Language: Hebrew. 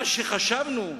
מה שחשבנו,